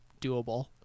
doable